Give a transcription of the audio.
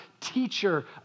teacher